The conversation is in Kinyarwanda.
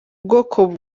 bwoko